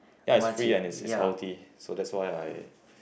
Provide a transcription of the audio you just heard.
ya it is free and it is healthy so that's why I